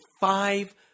five